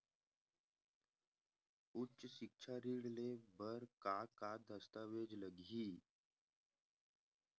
उच्च सिक्छा ऋण ले बर का का दस्तावेज लगही?